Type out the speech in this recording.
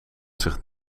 zich